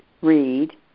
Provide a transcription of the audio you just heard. read